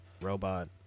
robot